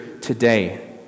today